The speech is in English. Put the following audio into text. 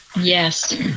Yes